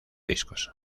discos